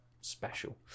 special